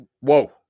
whoa